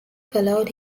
followed